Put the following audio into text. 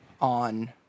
on